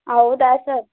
ಹೌದಾ ಸರ್